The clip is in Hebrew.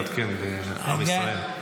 תעדכן את עם ישראל.